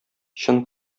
чын